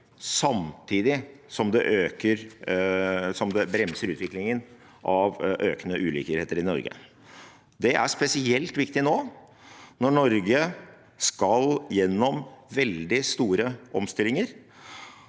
samtidig som det bremser utviklingen av økende ulikheter i Norge. Det er spesielt viktig nå når Norge skal gjennom veldig store omstillinger,